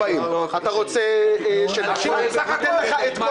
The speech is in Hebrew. חשבתי שאתה רוצה להגיד לי שזה